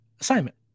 assignment